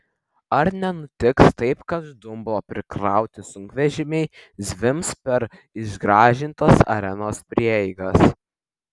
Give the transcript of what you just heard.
ar nenutiks taip kad dumblo prikrauti sunkvežimiai zvimbs per išgražintas arenos prieigas